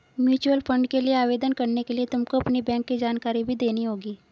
mutual fund के लिए आवेदन करने के लिए तुमको अपनी बैंक की जानकारी भी देनी होगी